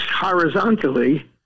horizontally